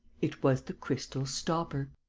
it was the crystal stopper.